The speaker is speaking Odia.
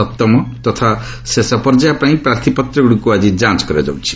ସପ୍ତମ ତଥା ଶେଷ ପର୍ଯ୍ୟାୟ ପାଇଁ ପ୍ରାର୍ଥୀପତ୍ରଗୁଡ଼ିକୁ ଆଜି ଯାଞ୍ଚ କରାଯାଉଛି